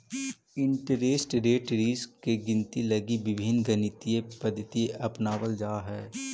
interest rate risk के गिनती लगी विभिन्न गणितीय पद्धति अपनावल जा हई